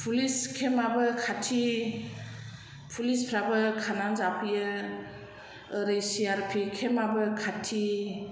police केमाबो खाथि पुलिसफ्राबो खारनानै जाफैयो ओरै सि आर पि केमाबो खाथि